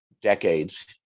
decades